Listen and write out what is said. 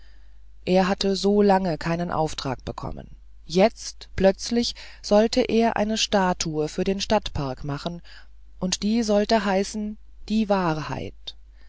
er hatte so lange keinen auftrag bekommen jetzt plötzlich sollte er eine statue für den stadtpark machen und sie sollte heißen die wahrheit